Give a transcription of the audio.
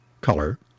color